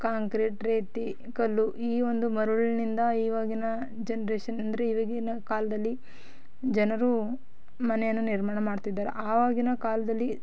concrete ರೀತಿ ಕಲ್ಲು ಈ ಒಂದು ಮರಳ್ನಿಂದ ಈವಾಗಿನ ಜನ್ರೇಶನಂದರೆ ಇವಾಗಿನ ಕಾಲದಲ್ಲಿ ಜನರು ಮನೆಯನ್ನು ನಿರ್ಮಾಣ ಮಾಡ್ತಿದ್ದಾರೆ ಆವಾಗಿನ ಕಾಲದಲ್ಲಿ